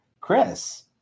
Chris